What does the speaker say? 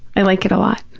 i like it a lot.